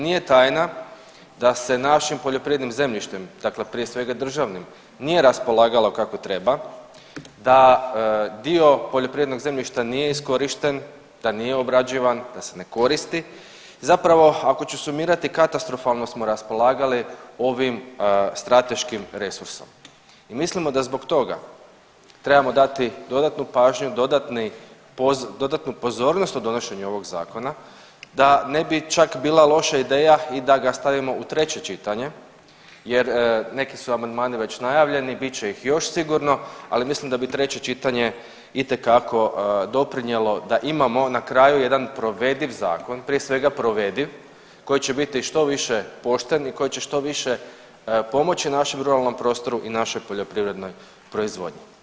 Nije tajna da se našim poljoprivrednim zemljištem, dakle prije svega državnim, nije raspolagalo kako treba, da dio poljoprivrednog zemljišta nije iskorišten, da nije obrađivan, da se ne koristi, zapravo ako ću sumirati katastrofalno smo raspolagali ovim strateškim resursom i mislimo da zbog toga trebamo dati dodatnu pažnju, dodatnu pozornost u donošenju ovog zakona, da ne bi čak bila loša ideja i da ga stavimo u treće čitanje jer neki su amandmani već najavljeni, bit će ih još sigurno, ali mislim da bi treće čitanje itekako doprinjelo da imamo na kraju jedan provediv zakon, prije svega provediv koji će biti što više pošten i koji će što više pomoći našem ruralnom prostoru i našoj poljoprivrednoj proizvodnji.